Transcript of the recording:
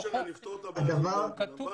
לא משנה, נפתור את הבעיה הזו.